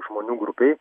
žmonių grupei